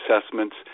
assessments